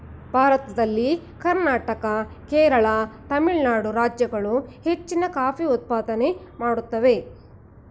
ಭಾರತದಲ್ಲಿ ಕರ್ನಾಟಕ, ಕೇರಳ, ತಮಿಳುನಾಡು ರಾಜ್ಯಗಳು ಹೆಚ್ಚಿನ ಕಾಫಿ ಉತ್ಪಾದನೆ ಮಾಡುತ್ತಿವೆ